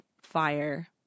fire